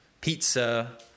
pizza